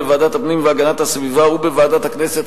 בוועדת הפנים והגנת הסביבה ובוועדת הכנסת,